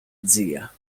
zia